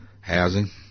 housing